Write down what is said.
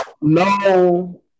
no